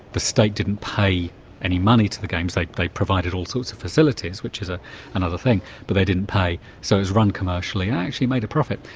the state didn't pay any money to the games like they provided all sorts of facilities, which is ah another thing but they didn't pay, so it was run commercially and actually made a profit.